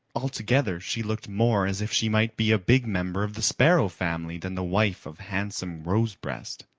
altogether she looked more as if she might be a big member of the sparrow family than the wife of handsome rosebreast.